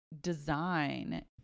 design